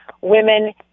women